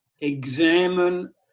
examine